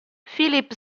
philipp